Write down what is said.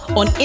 on